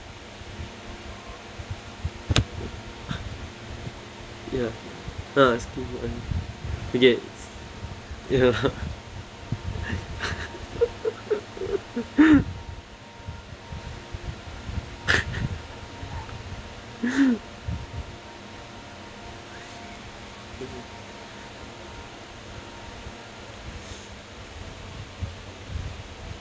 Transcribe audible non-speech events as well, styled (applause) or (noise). ya uh okay ya (laughs) (laughs)